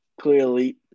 clearly